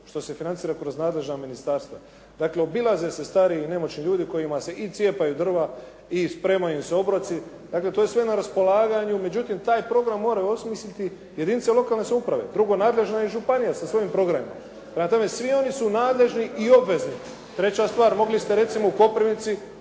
Što se financira kroz nadležna ministarstva. Dakle, obilaze se i stari i nemoćni ljudi kojima se i cijepaju drva i spremaju im se obroci. Dakle, to je sve na raspolaganju, međutim taj program moraju osmisliti jedinice lokalne samouprave, drugo nadležna je županija sa svojim programima. Prema tome, svi oni su nadležni i obvezni. Treća stvar, mogli ste recimo u Koprivnici